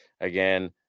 Again